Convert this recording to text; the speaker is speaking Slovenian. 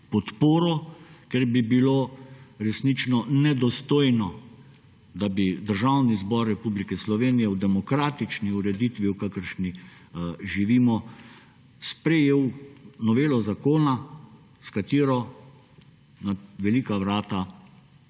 podporo, ker bi bilo resnično nedostojno, da bi Državni zbor Republike Slovenije v demokratični ureditvi, v kakršni živimo, sprejel novelo zakona, s katero na velika vrata